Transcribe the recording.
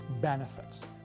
benefits